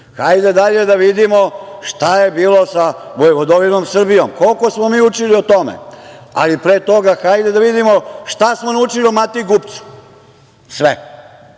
dalje da vidimo šta je bilo sa vojvodovinom Srbijom. Koliko smo mi učili o tome? Ali, pre toga hajde da vidimo šta smo naučili o Matiji Gubcu? Sve.